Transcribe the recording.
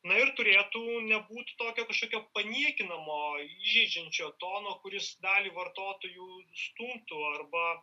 na ir turėtų nebūti tokio kažkokio paniekinamo įžeidžiančio tono kuris dalį vartotojų stumtų arba